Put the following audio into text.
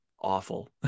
awful